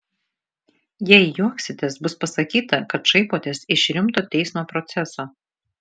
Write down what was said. jei juoksitės bus pasakyta kad šaipotės iš rimto teismo proceso